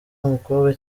umukobwa